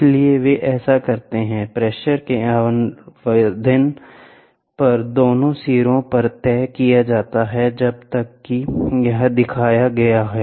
इसलिए वे ऐसा करते हैं प्रेशर के आवेदन पर दोनों सिरों पर तय किया जाता है जब तक कि यह दिखाया गया है